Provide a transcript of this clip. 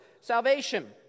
salvation